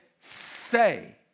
say